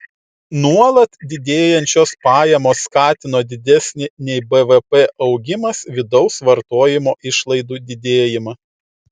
nuolat didėjančios pajamos skatino didesnį nei bvp augimas vidaus vartojimo išlaidų didėjimą